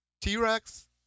T-Rex